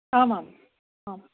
आमाम् आम्